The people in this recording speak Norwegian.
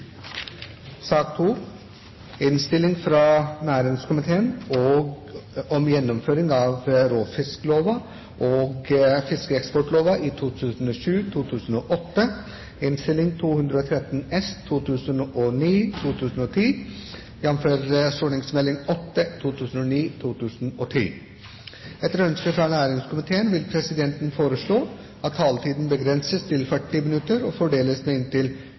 sak nr. 1. Etter ønske fra næringskomiteen vil presidenten foreslå at taletiden begrenses til 40 minutter og fordeles med inntil